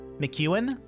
McEwen